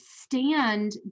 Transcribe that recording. stand